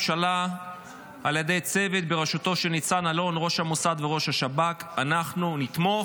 אלון, ראש המוסד וראש השב"כ אנחנו נתמוך,